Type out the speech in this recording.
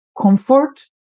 comfort